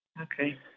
Okay